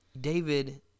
David